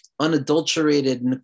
Unadulterated